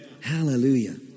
Hallelujah